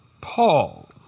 Paul